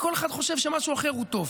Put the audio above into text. וכל אחד חושב שמשהו אחר הוא טוב.